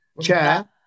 chair